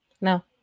No